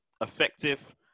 effective